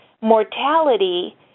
mortality